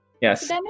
Yes